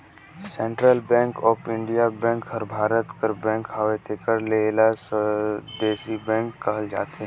central bank of India bank हर भारत कर बेंक हवे तेकर ले एला स्वदेसी बेंक कहल जाथे